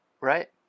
right